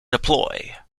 deploy